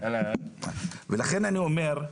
ולכן אני אומר,